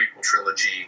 trilogy